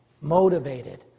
motivated